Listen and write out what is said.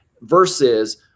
versus